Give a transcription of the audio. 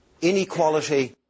inequality